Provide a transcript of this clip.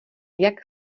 jak